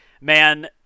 man